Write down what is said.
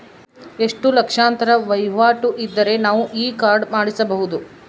ಎಷ್ಟು ಲಕ್ಷಾಂತರ ವಹಿವಾಟು ಇದ್ದರೆ ನಾವು ಈ ಕಾರ್ಡ್ ಮಾಡಿಸಬಹುದು?